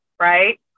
right